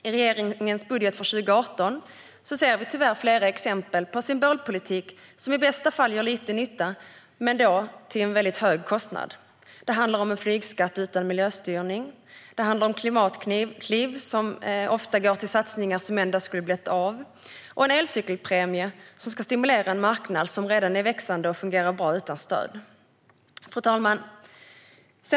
I regeringens budget för 2018 ser vi tyvärr flera exempel på symbolpolitik som i bästa fall gör lite nytta men då till en väldigt hög kostnad. Det handlar om en flygskatt utan miljöstyrning. Det handlar om klimatkliv som ofta går till satsningar som ändå skulle ha blivit av och om en elcykelpremie som ska stimulera en marknad som redan växer och fungerar bra utan stöd. Fru talman!